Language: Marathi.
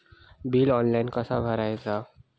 बिल ऑनलाइन कसा भरायचा?